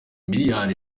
miliyari